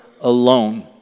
alone